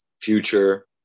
future